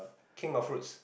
king of fruits